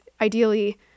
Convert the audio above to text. ideally